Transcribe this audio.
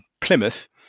plymouth